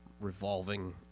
revolving